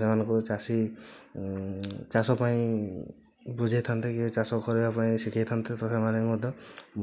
ସେମାନଙ୍କୁ ଚାଷୀ ଚାଷ ପାଇଁ ବୁଝାଇ ଥାନ୍ତେ କି ଚାଷ କରିବା ପାଇଁ ଶିଖାଇ ଥାନ୍ତେ ତ ସେମାନେ ମଧ୍ୟ